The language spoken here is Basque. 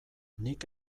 nik